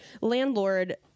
landlord